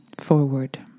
forward